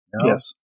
Yes